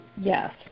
Yes